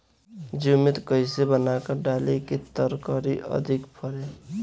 जीवमृत कईसे बनाकर डाली की तरकरी अधिक फरे?